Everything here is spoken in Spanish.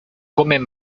comen